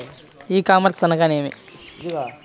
ఈ కామర్స్ అనగానేమి?